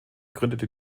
gründete